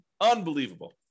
Unbelievable